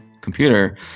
computer